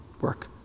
work